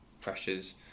pressures